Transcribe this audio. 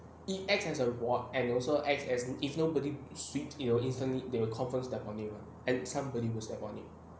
it acts as a ward and also acts as if nobody sweep you instantly they will confirm step on it [one] and somebody must act on it